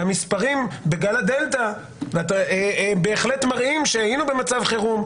המספרים בגל הדלתא בהחלט מראים שהיינו במצב חירום,